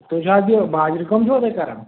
تُہۍ چھِوٕ یہِ باجِر کٲم چھِوٕ تُہۍ کران